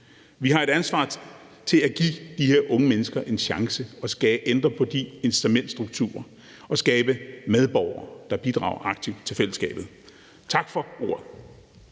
Vi har et ansvar for at give de her unge mennesker en chance, ændre på incitamentsstrukturerne og skabe medborgere, der bidrager aktivt til fællesskabet. Tak for ordet.